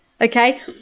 Okay